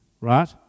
right